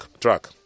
track